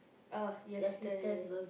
ah yesterday